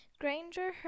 Granger